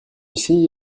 ici